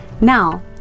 now